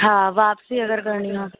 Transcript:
हा वापिसी अगरि करिणी आहे